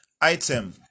item